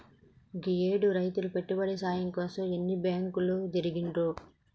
గీయేడు రైతులు పెట్టుబడి సాయం కోసం ఎన్ని బాంకులు తిరిగిండ్రో